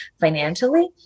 financially